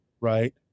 right